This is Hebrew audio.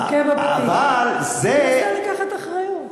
אבל זה, הוא מנסה לקחת אחריות.